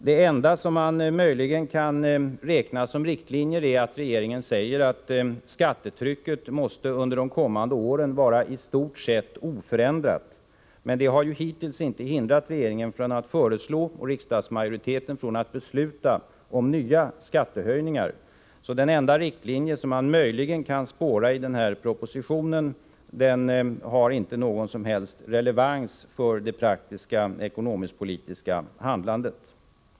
Det enda som möjligen kan räknas som riktlinjer är att regeringen säger att skattetrycket under de kommande åren måste vara i stort sett oförändrat. Men det har hittills inte hindrat regeringen från att föreslå och riksdagsmajoriteten från att besluta om nya skattehöjningar. Den enda riktlinje som man möjligen kan spåra i den här propositionen har därför inte någon som helst relevans för det praktiska ekonomisk-politiska handlandet.